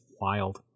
wild